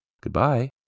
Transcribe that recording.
Goodbye